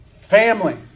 family